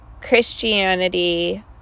Christianity